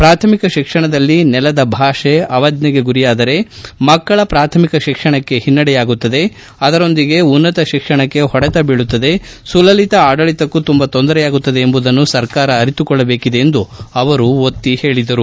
ಪ್ರಾಥಮಿಕ ಶಿಕ್ಷಣದಲ್ಲಿ ನೆಲದ ಭಾಷೆ ಅವಜ್ಞೆಗೆ ಗುರಿಯಾದರೆ ಮಕ್ಕಳ ಪ್ರಾಥಮಿಕ ಶಿಕ್ಷಣಕ್ಕೆ ಹಿನ್ನಡೆಯಾಗುತ್ತದೆ ಅದರೊಂದಿಗೆ ಉನ್ನತ ಶಿಕ್ಷಣಕ್ಕೆ ಹೊಡೆತ ಬೀಳುತ್ತದೆ ಸುಲಲಿತ ಆದಳಿತಕ್ಕೂ ತುಂಬಾ ತೊಂದರೆಯಾಗುತ್ತದೆ ಎಂಬುದನ್ನು ಸರ್ಕಾರ ಅರಿತುಕೊಳ್ಳಬೇಕಿದೆ ಎಂದು ಅವರು ಒತ್ತಿ ಹೇಳಿದರು